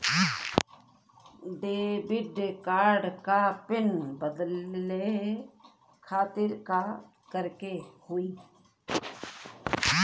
Debit card क PIN बदले खातिर का करेके होई?